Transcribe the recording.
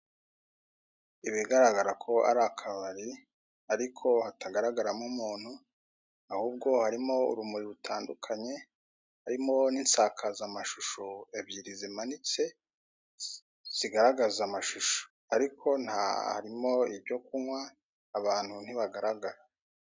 Ibigaragara ko ari akabari ariko hatagaragaramo umuntu ahubwo harimo urumuri rutandukanye harimo n'insakazamashusho ebyiri zimanitse zigaragaza amashusho ariko harimo ibyo kunywa abantu ntibagaragara.